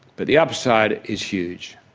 but the upside is huge.